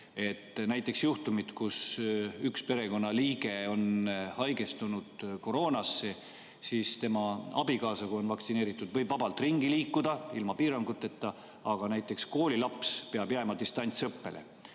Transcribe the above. Näiteks juhtum, kui üks perekonnaliige on haigestunud koroonasse, siis tema abikaasa, kui ta on vaktsineeritud, võib vabalt ringi liikuda ilma piiranguteta, aga näiteks koolilaps peab jääma distantsõppele.